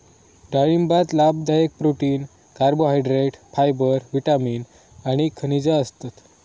डाळिंबात लाभदायक protein, carbohydrate, fibre, vitamin आणि खनिजा असतत